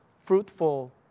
fruitful